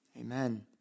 Amen